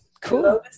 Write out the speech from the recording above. cool